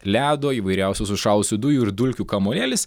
ledo įvairiausių sušalusių dujų ir dulkių kamuolėlis